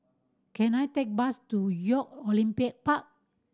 can I take bus to Youth Olympic Park